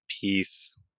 peace